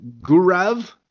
Gurav